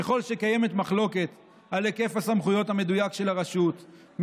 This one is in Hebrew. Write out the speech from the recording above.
ככל שקיימת מחלוקת על היקף הסמכויות המדויק של הרשות,